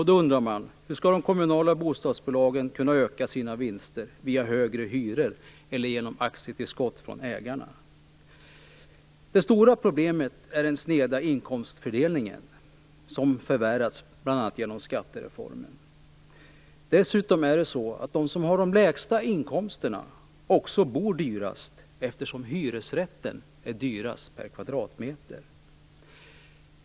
Då undrar man: Hur skall de kommunala bostadsbolagen kunna öka sina vinster - via högre hyror eller genom aktietillskott från ägarna? Det stora problemet är den sneda inkomstfördelningen, som förvärrats bl.a. genom skattereformen. Dessutom är det de som har de lägsta inkomsterna som också bor dyrast, eftersom hyresrätten är dyrast per kvadratmeter.